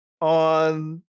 on